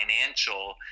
financial